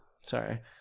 sorry